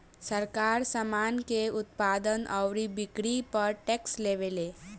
सरकार, सामान के उत्पादन अउरी बिक्री पर टैक्स लेवेले